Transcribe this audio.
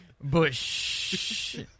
Bush